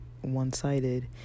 one-sided